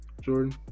Jordan